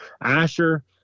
Asher